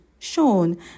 shown